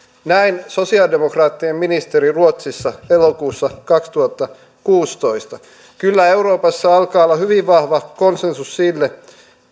näin sosialidemokraattien ministeri ruotsissa elokuussa kaksituhattakuusitoista kyllä euroopassa alkaa olla hyvin vahva konsensus sille